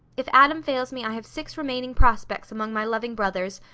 if adam fails me i have six remaining prospects among my loving brothers,